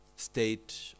state